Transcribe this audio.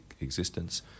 existence